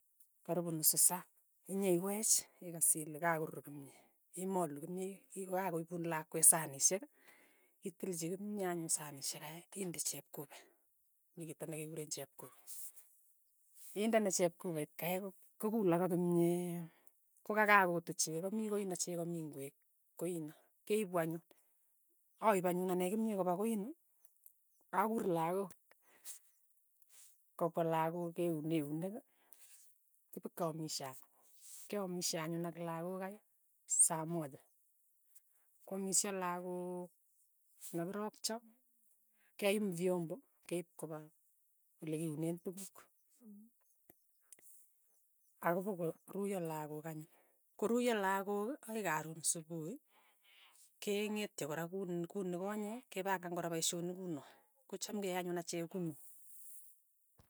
Karipu nusu saa, inyeiweech ikas ile kakorur komye, imalu kimyee ii kokakoipun lakwe sanishek, itilchi kimye ang' nyi sanishek kei, inde chepkube, mi kioto nekekuren chepkube, indene chepkube kaeko kokulok ak kimyee, kokakakutu cheko mi koinoo cheko mi ingwek koino, keipu anyun, aip anyun ane kimyee kopa koino, akuur lakok, kopwa lakok keun eunek ii, kipkeamishe anyun, keamishe anyun ak lakok kai saa moja, kwamishe lakook nekirokcha, keyum fyombo keip kopa ole kiunen tukuk, akopokoruyo lakok anyun, koruyo lakok akoi karon supuhi, keng'etye kora kun- kunokonyete, kepangan kora paishonik kunoe, kocham keyae anyun achek kunoe.